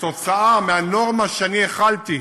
וכתוצאה מהנורמה שאני החלתי,